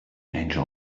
angel